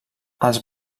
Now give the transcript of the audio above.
els